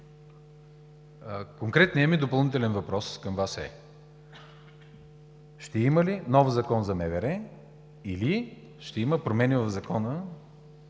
конкретният ми допълнителен въпрос към Вас е: ще има ли нов закон за МВР или ще има промени в сега